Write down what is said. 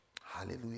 Hallelujah